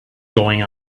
going